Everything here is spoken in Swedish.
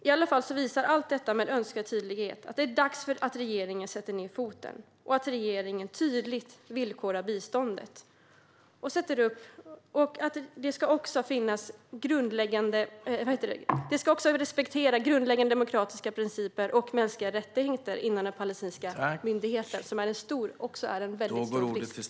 I alla fall visar allt detta med önskvärd tydlighet att det är dags att regeringen sätter ned foten och att regeringen tydligt villkorar biståndet. Man ska också respektera grundläggande demokratiska principer och mänskliga rättigheter inom den palestinska myndigheten. Det är också en väldigt stor risk.